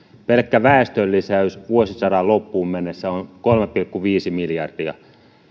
pelkkä väestönlisäys vuosisadan loppuun mennessä on kolme pilkku viisi miljardia